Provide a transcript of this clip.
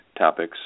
Topics